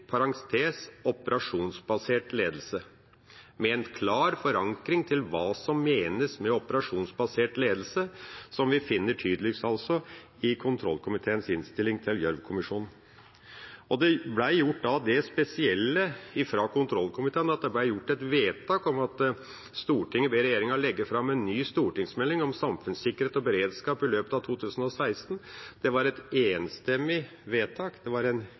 med en klar forankring til hva som menes med «operasjonsbasert ledelse», som vi altså finner tydeligst i kontrollkomiteens innstilling til Gjørv-kommisjonens rapport. Det ble da gjort det spesielle, fra kontrollkomiteen, at det ble gjort et vedtak om at «Stortinget ber regjeringen legge frem en ny stortingsmelding om samfunnssikkerhet og beredskap i løpet av 2016». Det var et enstemmig vedtak, det var en